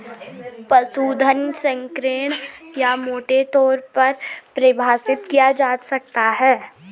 पशुधन संकीर्ण या मोटे तौर पर परिभाषित किया जा सकता है